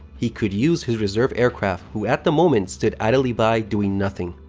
he could use his reserve aircraft, who, at the moment, stood idly by doing nothing.